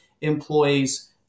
employees